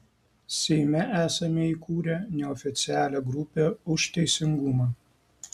seime esame įkūrę neoficialią grupę už teisingumą